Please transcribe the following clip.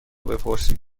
بپرسید